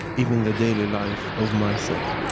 even the daily life of myself.